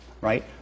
right